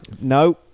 No